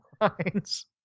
lines